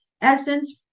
essence